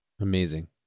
Amazing